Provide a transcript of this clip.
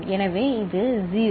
எனவே இது 0